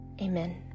Amen